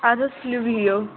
اَدٕ حظ تُلِو بِہِو